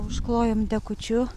užklojom dekučiu